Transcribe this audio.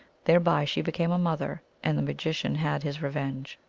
thereby she became a mother, and the magician had his revenge.